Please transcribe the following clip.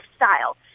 lifestyle